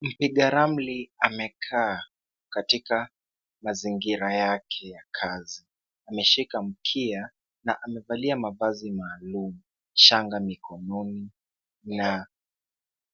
Mpiga ramli amekaa katika mazingira yake ya kazi. Ameshika mkia na amevalia mavazi maalum, shanga mikononi, na